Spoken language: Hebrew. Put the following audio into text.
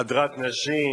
הַדְרת נשים,